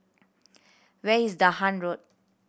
where is Dahan Road